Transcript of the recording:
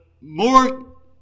more